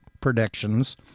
predictions